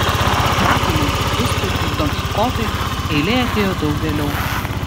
grafui montekristui ir don kichotui eilė atėjo daug vėliau